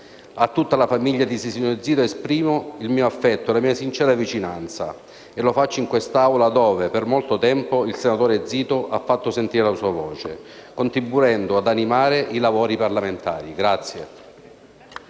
A tutta la famiglia di Sisinio Zito esprimo il mio affetto e la mia sincera vicinanza e lo faccio in quest'Aula dove, per molto tempo, il senatore Zito ha fatto sentire la sua voce, contribuendo ad animare i lavori parlamentari.